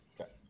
Okay